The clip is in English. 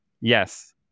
Yes